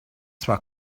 zwar